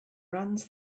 runs